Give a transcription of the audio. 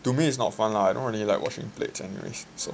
to me it's not fun lah I don't really like washing plates anyway so